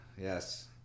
Yes